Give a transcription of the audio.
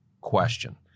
question